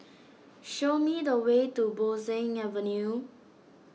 show me the way to Bo Seng Avenue